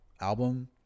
album